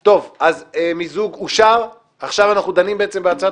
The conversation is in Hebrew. טוב, אם זו הסיבה, זו סיבה